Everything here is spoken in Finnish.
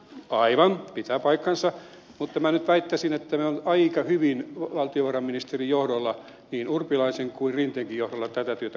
aivan pitää paikkansa mutta minä nyt väittäisin että me olemme aika hyvin valtiovarainministerin johdolla niin urpilaisen kuin rinteenkin johdolla tätä työtä koordinoineet